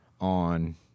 on